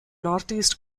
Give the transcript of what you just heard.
northeast